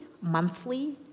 monthly